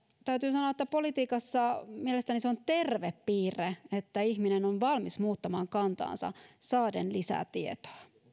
täytyy sanoa että politiikassa mielestäni on terve piirre että ihminen on valmis muuttamaan kantaansa saadessaan lisää